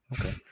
okay